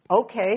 Okay